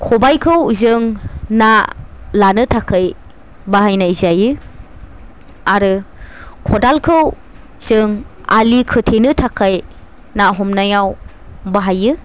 खबाइखौ जों ना लानो थाखाय बाहायनायजायो आरो खदालखौ जों आलि खोथेनो थाखाय ना हमनायाव बाहायो